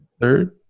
third